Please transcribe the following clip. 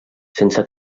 sense